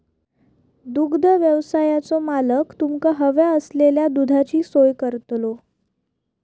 दुग्धव्यवसायाचो मालक तुमका हव्या असलेल्या दुधाची सोय करतलो